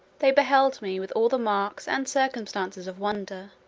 they beheld me with all the marks and circumstances of wonder